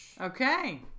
okay